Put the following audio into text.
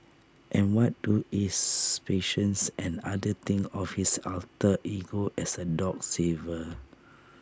and what do his patients and others think of his alter ego as A dog saver